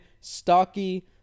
stocky